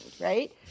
right